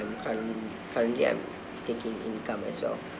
currently currently I'm taking income as well